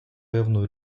певну